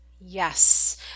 Yes